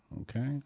Okay